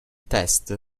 test